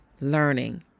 learning